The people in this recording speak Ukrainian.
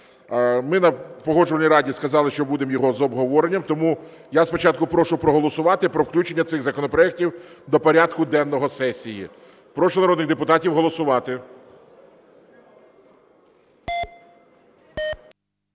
Ми на Погоджувальній раді сказали, що будемо його з обговоренням. Тому я спочатку прошу проголосувати про включення цих законопроектів до порядку денного сесії. Прошу народних депутатів голосувати.